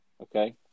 okay